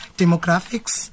demographics